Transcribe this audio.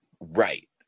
Right